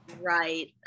Right